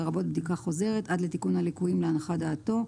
לרבות בדיקה חוזרת עד לתיקון הליקויים להנחת דעתו,